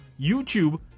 YouTube